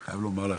אני חייב להגיד לך,